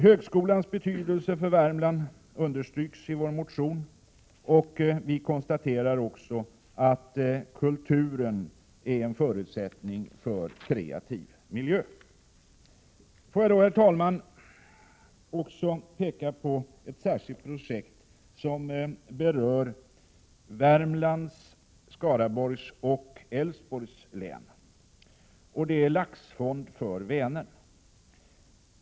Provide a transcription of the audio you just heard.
Högskolans betydelse för Värmland understryks i vår motion. Vi konstaterar också att kulturen är en förutsättning för kreativ miljö. Får jag, herr talman, också peka på ett särskilt projekt som berör Värmlands, Skaraborgs och Älvsborgs län. Det är Laxfond för Vänern.